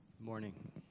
Morning